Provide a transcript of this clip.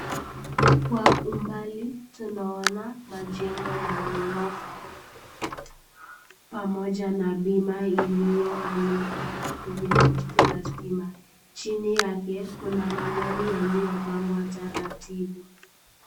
Kwa umbali tunaona majengo ya ghorofa, pamoja na bima iliyoanikwa kwenye posti la stima chini yake kuna magari yaliyopangwa taratibu.